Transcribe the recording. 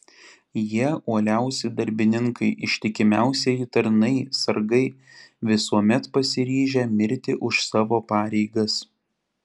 jie uoliausi darbininkai ištikimiausieji tarnai sargai visuomet pasiryžę mirti už savo pareigas